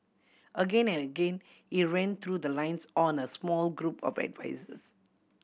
again and again he ran through the lines on a small group of advisers